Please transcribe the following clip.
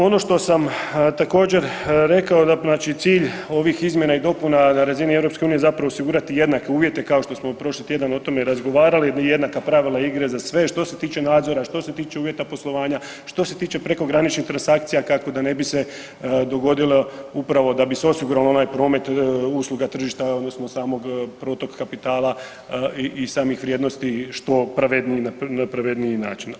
Ono što sam također rekao, znači cilj ovih izmjena i dopuna na razini EU zapravo osigurati jednake uvjete kao što smo prošli tjedan o tome razgovarali, jednaka pravila igre za sve što se tiče nadzora, što se tiče uvjeta poslovanja, što se tiče prekograničnih transakcija kako da ne bi se dogodilo upravo da bi se osiguralo onaj promet usluga tržišta odnosno samog protoka kapitala i samih vrijednosti što pravedniji, na pravedni način.